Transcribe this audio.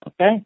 Okay